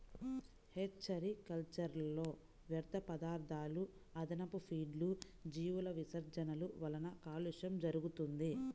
hatchery కల్చర్లో వ్యర్థపదార్థాలు, అదనపు ఫీడ్లు, జీవుల విసర్జనల వలన కాలుష్యం జరుగుతుంది